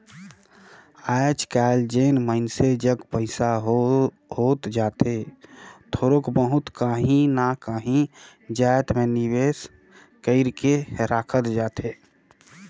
आएज काएल जेन मइनसे जग पइसा होत जाथे थोरोक बहुत काहीं ना काहीं जाएत में निवेस कइर के राखत जाथे